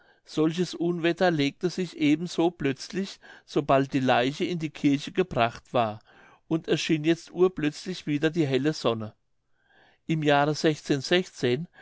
solches unwetter legte sich eben so plötzlich sobald die leiche in die kirche gebracht war und es schien jetzt urplötzlich wieder die helle sonne im jahre